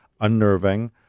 unnerving